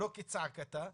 לא כצעקתה,